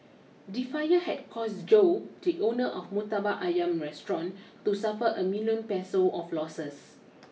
the fire had caused Joe the owner of a Murtabak Ayam restaurant to suffer a million Peso of losses